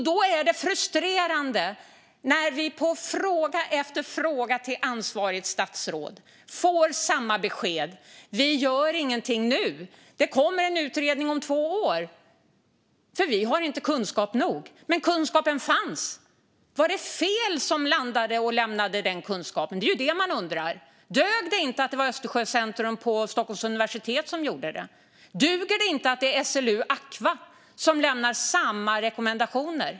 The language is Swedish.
Det är frustrerande när vi på fråga efter fråga till ansvarigt statsråd får samma besked: Vi gör ingenting nu, för vi har inte kunskap nog. Det kommer en utredning om två år. Men kunskapen fanns. Var det fel instanser som tog fram den kunskapen? Det är det man undrar. Dög det inte att det var Östersjöcentrum på Stockholms universitet som gjorde det? Duger det inte att det är SLU Aqua som lämnar samma rekommendationer?